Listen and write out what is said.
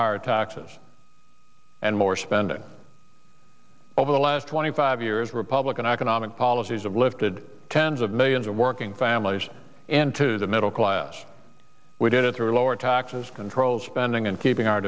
higher taxes and more spending over the last twenty five years republican economic policies of lifted tens of millions of working families and to the middle class we did it through lower taxes control spending and keeping our